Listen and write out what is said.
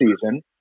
season